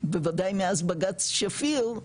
בוודאי מאז בגץ שפיר,